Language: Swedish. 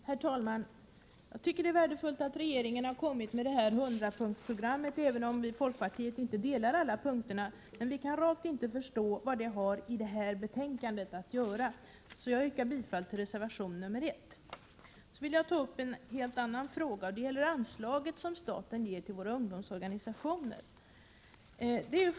Herr talman! Det är värdefullt att regeringen har lagt fram detta 100-punktsprogram, även om vi i folkpartiet inte instämmer i alla dess punkter. Vi kan emellertid rakt inte förstå vad detta program har i det här betänkandet att göra. Jag yrkar därför bifall till reservation 1. Sedan till en helt annan fråga, och det gäller de anslag som staten ger till våra ungdomsorganisationer.